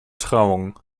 trauung